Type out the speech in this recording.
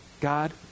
God